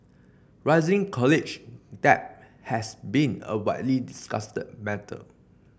rising college debt has been a widely discussed matter